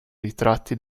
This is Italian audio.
ritratti